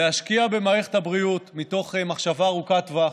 להשקיע במערכת הבריאות מתוך מחשבה ארוכת טווח.